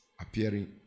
appearing